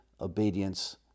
obedience